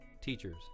teachers